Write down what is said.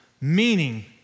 Meaning